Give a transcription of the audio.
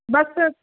ਬੱਸ